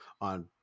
on